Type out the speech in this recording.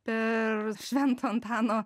per švento antano